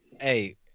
Hey